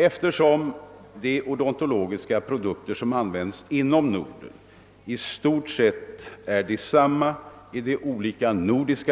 Eftersom de odontologiska produkter som används inom Norden i stort sett är desamma i de olika